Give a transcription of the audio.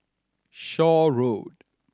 Shaw Road